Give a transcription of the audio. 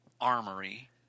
Armory